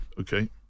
okay